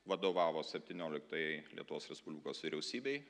vadovavo septynioliktajai lietuvos respublikos vyriausybei